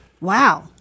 Wow